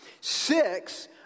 Six